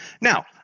Now